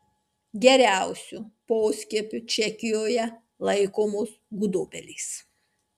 geriausiu poskiepiu čekijoje laikomos gudobelės